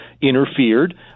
interfered